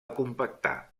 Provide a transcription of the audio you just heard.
compactar